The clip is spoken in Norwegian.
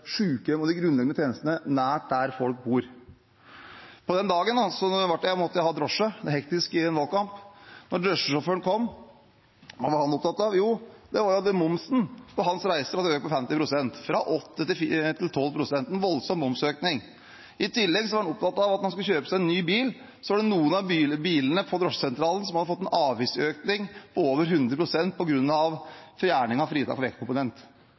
sykehjem og de grunnleggende tjenestene nær der folk bor. Den dagen måtte jeg ta drosje i en hektisk valgkamp. Da drosjesjåføren kom, hva var han opptatt av? Jo, det var at momsen på hans reiser hadde økt med 50 pst., fra 8 pst. til 12 pst. – en voldsom momsøkning. I tillegg var han opptatt av at når han skulle kjøpe seg ny bil, var det noen av bilene på drosjesentralen som hadde fått en avgiftsøkning på over 100 pst. på grunn av fjerning av fritak for vektkomponent.